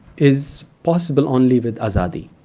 is possible only with azadi.